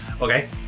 Okay